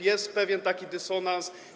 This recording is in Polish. Jest pewien taki dysonans.